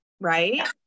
right